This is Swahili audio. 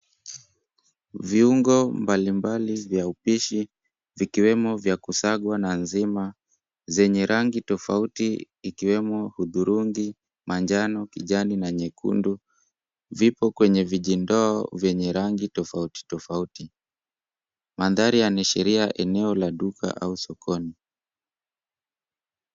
Viungo mbali mbali vya upishi vikiwemo vya kusagwa na nzima zenye rangi tofauti ikiwemo hudhurungi, manjano, kijani na nyekundu vipo kwenye vijindoo vyenye rangi tofauti tofauti. Mandhari yanaashiria eneo la duka au sokoni.